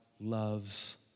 loves